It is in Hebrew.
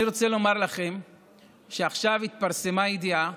אני רוצה לומר לכם שעכשיו התפרסמה ידיעה